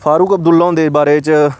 फारुक अब्दुल्ल होंदे बारे च